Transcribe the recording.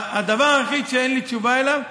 הדבר היחיד שאין לי תשובה עליו,